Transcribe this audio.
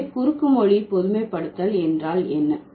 எனவே குறுக்கு மொழி பொதுமைப்படுத்தல் என்றால் என்ன